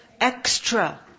Extra